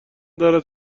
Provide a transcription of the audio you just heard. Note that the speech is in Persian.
دارد